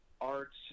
arts